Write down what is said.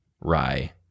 rye